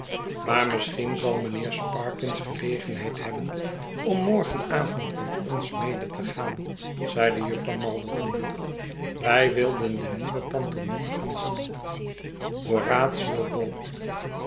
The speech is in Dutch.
maar misschien zal mijnheer sparkins gelegenheid hebben om morgenavond met ons mede te gaan zeide jufvrouw malderton wij wilden de nieuwe pantomime gaan zien horatio